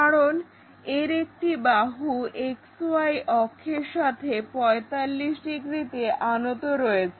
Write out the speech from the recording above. কারণ এর একটি বাহু XY অক্ষের সাথে 45 ডিগ্রিতে আনত রয়েছে